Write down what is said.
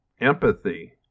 Empathy